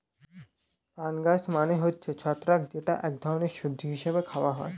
fungus মানে হচ্ছে ছত্রাক যেটা এক ধরনের সবজি হিসেবে খাওয়া হয়